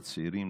לצעירים,